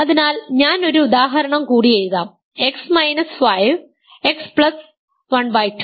അതിനാൽ ഞാൻ ഒരു ഉദാഹരണം കൂടി എഴുതാം X 5 X½